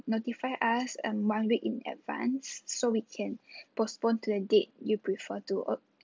notify us um one week in advance so we can postponed to a date you prefer to